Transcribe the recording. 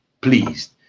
pleased